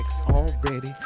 already